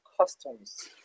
customs